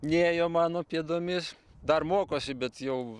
nėjo mano pėdomis dar mokosi bet jau